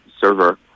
server